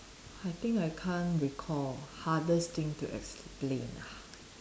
I think I can't recall hardest thing to explain ah